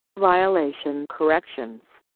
violation corrections,